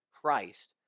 Christ